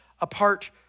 apart